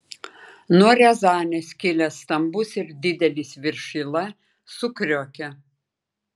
nuo riazanės kilęs stambus ir didelis viršila sukriokė